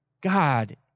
God